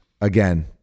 again